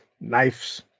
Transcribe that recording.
knives